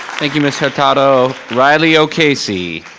thank you ms. hurtado. riley o'casey.